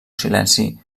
silenci